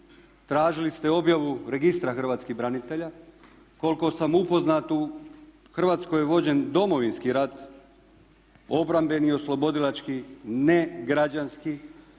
tražili ste objavu registra hrvatskih branitelja. Koliko sam upoznat u Hrvatskoj je vođen Domovinski rat, obrambeni i oslobodilački, ne građanski.